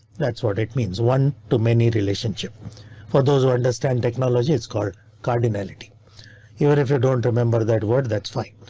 that's what it means. one to many relationship for those who understand technology, it's called cardinality. you know even if you don't remember that word, that's fine.